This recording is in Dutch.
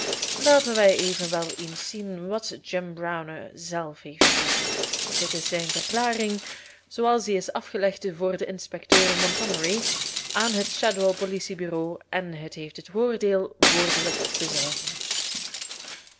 laten wij evenwel eens zien wat jim browner zelf heeft te zeggen dit is zijn verklaring zooals die is afgelegd voor den inspecteur monthomery aan het shadwell politiebureau en het heeft het voordeel woordelijk te zijn